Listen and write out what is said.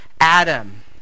Adam